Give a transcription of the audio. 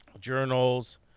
Journals